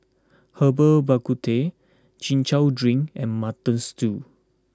Herbal Bak Ku Teh Chin Chow Drink and Mutton Stew